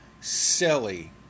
silly